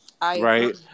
Right